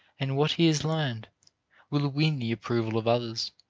and what he has learned will win the approval of others.